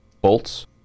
Bolts